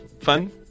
fun